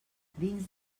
dins